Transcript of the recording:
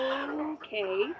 okay